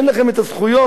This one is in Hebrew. אין לכם הזכויות.